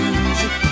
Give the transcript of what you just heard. Music